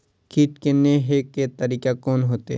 कीट के ने हे के तरीका कोन होते?